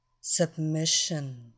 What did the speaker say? Submission